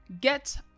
Get